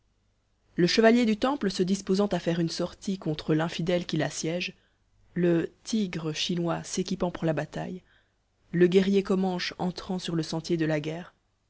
le chevalier du temple se disposant à faire une sortie contre l'infidèle qui l'assiège le tigre chinois s'équipant pour la bataille le guerrier comanche entrant sur le sentier de la guerre